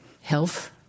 health